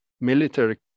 military